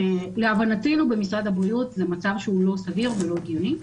להבנתנו במשרד הבריאות זה מצב שהוא לא סביר ולא הגיוני.